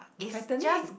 fattening